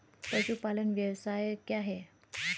पशुपालन व्यवसाय क्या है?